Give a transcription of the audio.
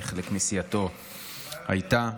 כי חלק מסיעתו היו.